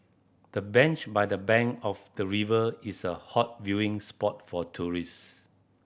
the bench by the bank of the river is a hot viewing spot for tourist